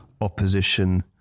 opposition